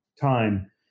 time